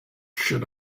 should